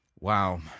Wow